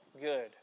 good